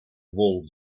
walled